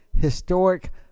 historic